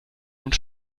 und